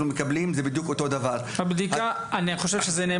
אני חושב שזה נאמר כאן ואני אגיד את זה עוד פעם כיו"ר הוועדה.